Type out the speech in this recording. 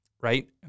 right